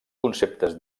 conceptes